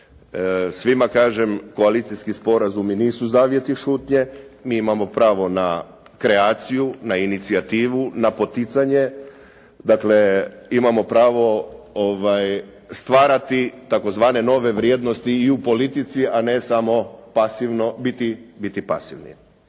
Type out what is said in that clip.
Svima kažem koalicijski sporazumi nisu zavjeti šutnje, mi imamo pravo na kreaciju, na inicijativu, na poticanje. Dakle, imamo pravo stvarati tzv. nove vrijednosti i u politici a ne samo biti pasivni.